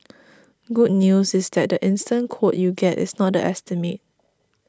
good news is that the instant quote you get is not the estimate